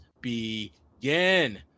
begin